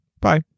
Bye